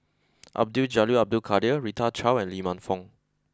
Abdul Jalil Abdul Kadir Rita Chao and Lee Man Fong